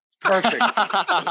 Perfect